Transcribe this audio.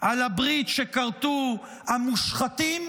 על הברית שכרתו המושחתים,